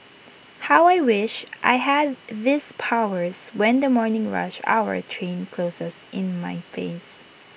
how I wish I had these powers when the morning rush hour train closes in my face